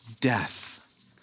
death